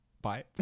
Bye